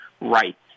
rights